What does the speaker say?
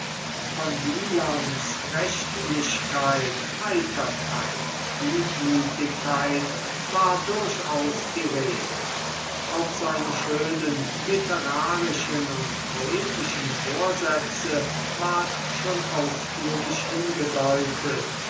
von wielands rechtlichkeit heiterkeit gutmütigkeit war durchaus die rede auf seine schönen literarischen und poetischen vorsätze ward schon ausführlich hingedeutet